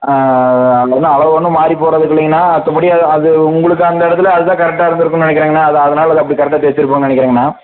அது ஒன்றும் அளவு ஒன்றும் மாறி போவதுக்கில்லைங்கண்ணா மற்றபடி அ அது உங்களுக்கு அந்த இடத்துல அதுதான் கரெக்டாக இருந்துருக்குன்னு நினைக்கிறேங்கண்ணா அது அதனால் அது அப்படி கரெக்டாக தச்சுருப்போன்னு நினைக்கிறேங்கண்ணா